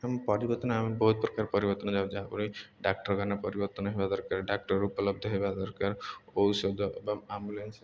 ଆମେ ପରିବର୍ତ୍ତନ ଆମେ ବହୁତ ପ୍ରକାର ପରିବର୍ତ୍ତନ ଯାଉ ଯାହାଫଳରେ ଡାକ୍ତରଖାନା ପରିବର୍ତ୍ତନ ହେବା ଦରକାର ଡାକ୍ଟର ଉପଲବ୍ଧ ହେବା ଦରକାର ଔଷଧ ଏବଂ ଆମ୍ବୁଲାନ୍ସ